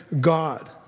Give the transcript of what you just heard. God